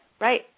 Right